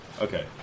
Okay